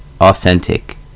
authentic